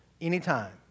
anytime